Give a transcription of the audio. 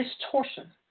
distortion